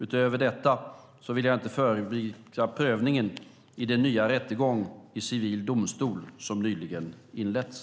Utöver detta vill jag inte föregripa prövningen i den nya rättegång i civil domstol som nyligen har inletts.